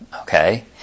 Okay